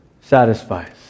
satisfies